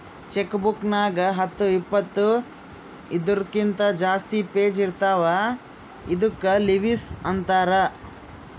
check book ನಾಗ್ ಹತ್ತು ಇಪ್ಪತ್ತು ಇದೂರ್ಕಿಂತ ಜಾಸ್ತಿ ಪೇಜ್ ಇರ್ತಾವ ಇದ್ದುಕ್ ಲಿವಸ್ ಅಂತಾರ್